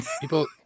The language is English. People